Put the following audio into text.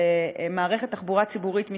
מערכת תחבורה ציבורית מתקדמת,